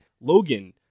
Logan